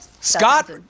Scott